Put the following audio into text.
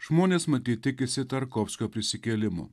žmonės matyt tikisi tarkovskio prisikėlimo